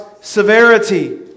severity